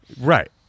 right